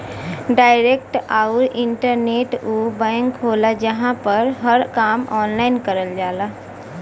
direct आउर internet उ bank होला जहां पर हर काम ऑनलाइन करल जाला